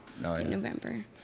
November